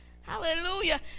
Hallelujah